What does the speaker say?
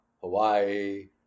Hawaii